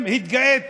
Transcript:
במה אתם התגאיתם,